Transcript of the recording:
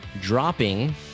dropping